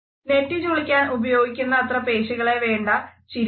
നെറ്റിചുളിക്കാൻ ഉപയോഗിക്കുന്നത്ര പേശികളെ വേണ്ട ചിരിക്കാൻ